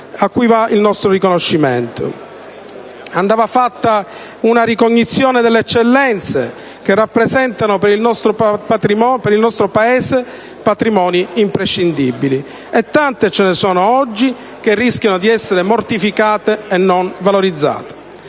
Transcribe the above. a cui va il nostro riconoscimento. Andava fatta però una ricognizione delle eccellenze, che rappresentano per il nostro Paese dei patrimoni imprescindibili: ce ne sono tante che oggi rischiano di essere mortificate e non valorizzate.